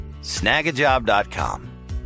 snagajob.com